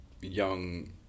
young